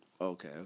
okay